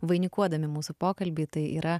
vainikuodami mūsų pokalbį tai yra